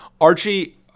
Archie